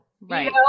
right